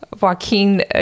Joaquin